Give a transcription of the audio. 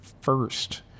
first